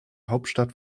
hauptstadt